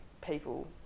people